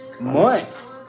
months